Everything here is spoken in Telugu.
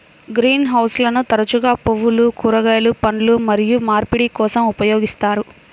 గ్రీన్ హౌస్లను తరచుగా పువ్వులు, కూరగాయలు, పండ్లు మరియు మార్పిడి కోసం ఉపయోగిస్తారు